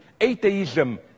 atheism